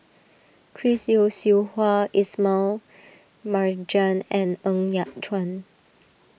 Chris Yeo Siew Hua Ismail Marjan and Ng Yat Chuan